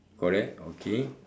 correct okay